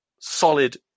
solid